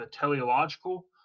teleological